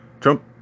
Trump